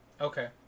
Okay